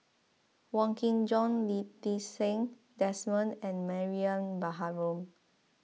Wong Kin Jong Lee Ti Seng Desmond and Mariam Baharom